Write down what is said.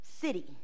city